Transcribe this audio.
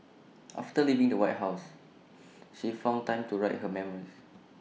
after leaving the white house she found time to write her memoirs